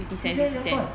fifty cents 怎样赚